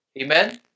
Amen